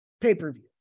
pay-per-view